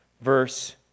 verse